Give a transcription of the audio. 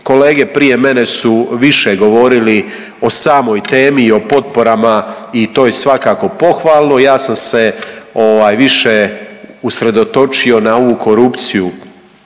kolege prije mene su više govorili o samoj temi i o potporama i to je svakako pohvalno, ja sam se, ovaj, više usredotočio na ovu korupciju